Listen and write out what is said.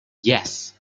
yes